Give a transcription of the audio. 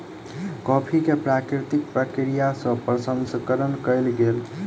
coffee के प्राकृतिक प्रक्रिया सँ प्रसंस्करण कयल गेल